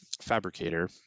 fabricator